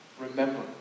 remember